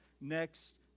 next